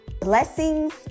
blessings